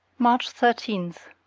march thirteen.